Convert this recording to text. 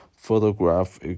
photograph